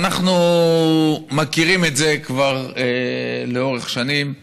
ואנחנו מכירים את זה כבר לאורך שנים.